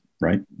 right